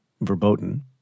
verboten